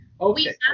Okay